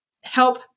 help